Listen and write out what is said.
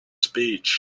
speech